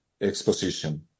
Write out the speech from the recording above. exposition